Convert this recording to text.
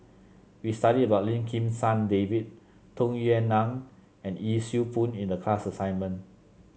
we studied about Lim Kim San David Tung Yue Nang and Yee Siew Pun in the class assignment